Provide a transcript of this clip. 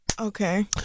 Okay